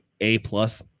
A-plus